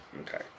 Okay